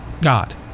God